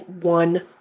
one